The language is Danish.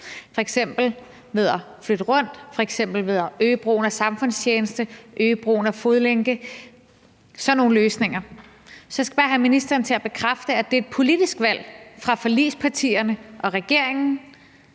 f.eks. ved at flytte rundt, f.eks. ved at øge brugen af samfundstjeneste, øge brugen af fodlænke og sådan nogle løsninger. Så jeg skal bare have ministeren til at bekræfte, at det er et politisk valg fra forligspartierne og regeringen,